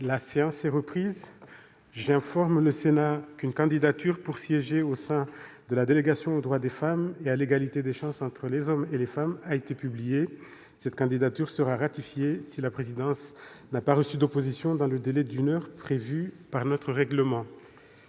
La séance est reprise. J'informe le Sénat qu'une candidature pour siéger au sein de la délégation aux droits des femmes et à l'égalité des chances entre les hommes et les femmes a été publiée. Cette candidature sera ratifiée si la présidence n'a pas reçu d'opposition dans le délai d'une heure prévu par notre règlement.